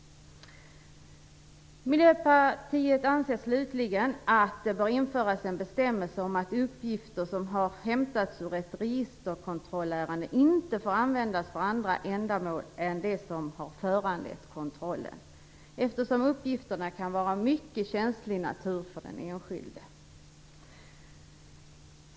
Miljöpartiet anser slutligen att det bör införas en bestämmelse om att uppgifter som har hämtats ur ett registerkontrollärende inte får användas för andra ändamål än dem som har föranlett kontrollen, eftersom uppgifterna kan vara av mycket känslig natur för den enskilde.